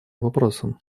вопросом